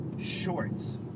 Shorts